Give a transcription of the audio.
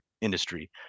industry